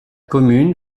commune